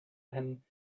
him